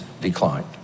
declined